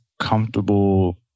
comfortable